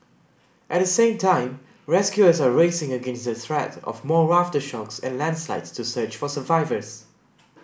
at the same time rescuers are racing against the threat of more aftershocks and landslides to search for survivors